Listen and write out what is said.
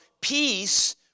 peace